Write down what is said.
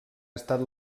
estat